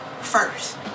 first